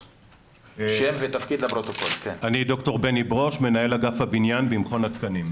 אני ד"ר בני ברוש, מנהל אגף הבניין במכון התקנים.